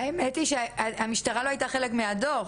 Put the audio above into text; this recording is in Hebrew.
האמת היא שהמשטרה לא הייתה חלק מהדוח,